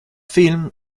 film